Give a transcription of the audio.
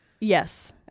Yes